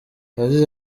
yagize